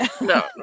No